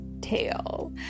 tail